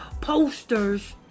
posters